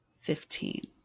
Fifteen